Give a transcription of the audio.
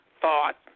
thought